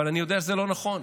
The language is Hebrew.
אבל אני יודע שזה לא נכון.